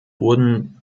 wurden